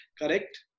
correct